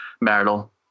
marital